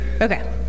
Okay